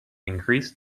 increased